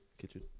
Kitchen